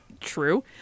True